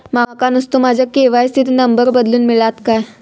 माका नुस्तो माझ्या के.वाय.सी त नंबर बदलून मिलात काय?